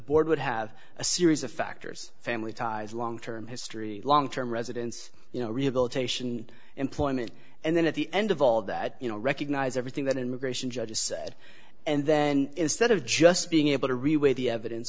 board would have a series of factors family ties long term history long term residence you know rehabilitation employment and then at the end of all of that you know recognize everything that immigration judges said and then instead of just being able to